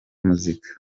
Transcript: muzika